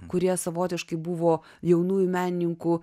kurie savotiškai buvo jaunųjų menininkų